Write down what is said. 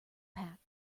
pack